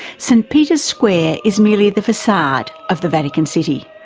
st peter's square is merely the facade of the vatican city.